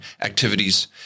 activities